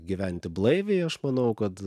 gyventi blaiviai aš manau kad